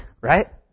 Right